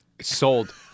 Sold